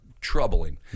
troubling